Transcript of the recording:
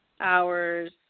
hours